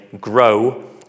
grow